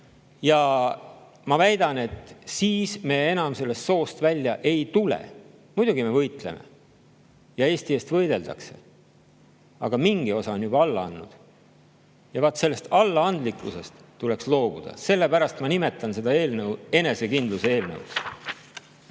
Ja ma väidan, et siis me enam sellest soost välja ei tule. Muidugi me võitleme ja Eesti eest võideldakse, aga mingi osa on juba alla andnud. Ja vaat sellest allaandlikkusest tuleks loobuda, sellepärast ma nimetan seda eelnõu enesekindluse eelnõuks.